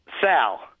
Sal